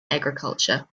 agriculture